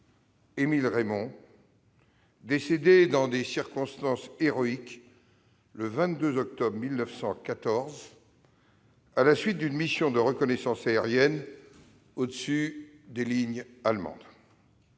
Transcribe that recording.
Émile Reymond, décédé dans des circonstances héroïques le 22 octobre 1914 à la suite d'une mission de reconnaissance aérienne au-dessus des lignes allemandes.